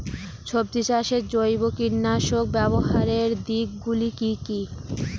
সবজি চাষে জৈব কীটনাশক ব্যাবহারের দিক গুলি কি কী?